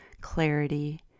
clarity